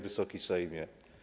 Wysoki Sejmie!